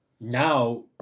now